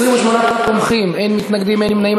28 תומכים, אין מתנגדים ואין נמנעים.